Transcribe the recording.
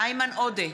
איימן עודה,